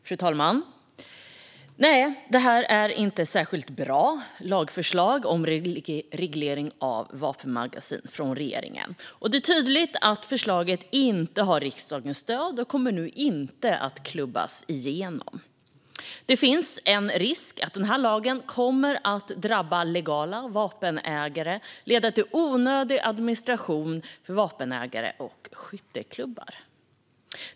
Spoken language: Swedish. Fru talman! Nej, det är inte ett särskilt bra lagförslag från regeringen om reglering av vapenmagasin. Det är tydligt att förslaget inte har riksdagens stöd och att det inte kommer att klubbas igenom. Det finns en risk att denna lag skulle komma att drabba legala vapenägare och leda till onödig administration för vapenägare och skytteklubbar.